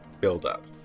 build-up